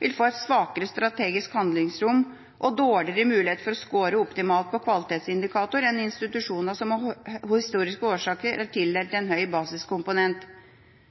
vil få et svakere strategisk handlingsrom og dårligere muligheter for å skåre optimalt på kvalitetsindikatorene enn institusjonene som av historiske årsaker er tildelt en høy basiskomponent.